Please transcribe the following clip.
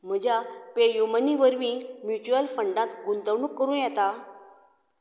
म्हज्या pay U money वरवीं mutual फंडांत गुंतवणूक करूं येता